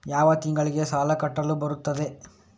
ಯಾವ ತಿಂಗಳಿಗೆ ಸಾಲ ಕಟ್ಟಲು ಬರುತ್ತದೆ?